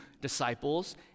disciples